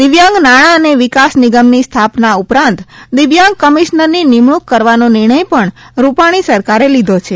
દિવ્યાંગ નાણા અને વિકાસ નિગમની સ્થાપના ઉપરાંત દિવ્યાંગ કમિશનરની નિમણુંક કરવાનો નિર્ણય પણ રૂપાણી સરકારે લીધો છે